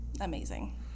amazing